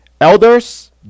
elders